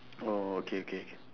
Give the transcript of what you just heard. oh okay okay